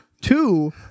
Two